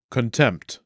Contempt